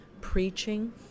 preaching